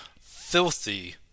filthy